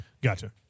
Gotcha